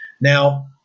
Now